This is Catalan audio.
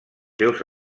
seus